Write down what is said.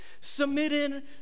submitting